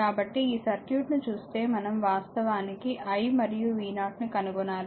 కాబట్టి ఈ సర్క్యూట్ని చూస్తే మనం వాస్తవానికి i మరియు v0 ను కనుగొనాలి